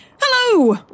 Hello